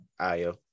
Ayo